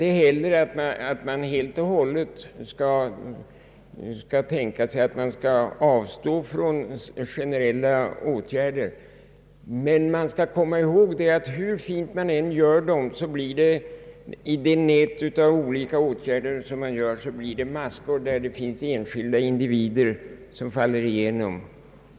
Vi anser vidare att man inte kan tänka sig avstå helt och hållet från generella åtgärder, men vi bör komma ihåg att hur fint man än gör nätet av sociala åtgärder så blir det maskor där enstaka individer faller igenom.